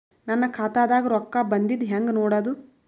ನನ್ನ ಖಾತಾದಾಗ ರೊಕ್ಕ ಬಂದಿದ್ದ ಹೆಂಗ್ ನೋಡದು?